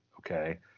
okay